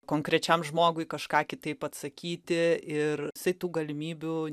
konkrečiam žmogui kažką kitaip atsakyti ir jisai tų galimybių